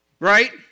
Right